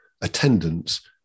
attendance